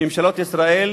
שממשלות ישראל,